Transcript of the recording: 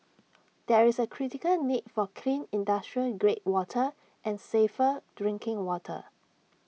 there is A critical need for clean industrial grade water and safer drinking water